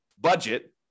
budget